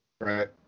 Right